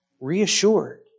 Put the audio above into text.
reassured